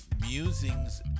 Musings